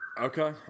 Okay